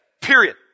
period